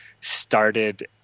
started